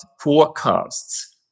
forecasts